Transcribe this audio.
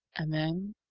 and then